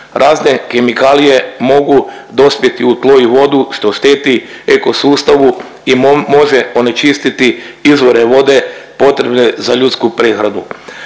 Razne kemikalije mogu dospjeti u tlo i vodu, što šteti ekosustavu i može onečistiti izvore vode potrebne za ljudsku prehranu.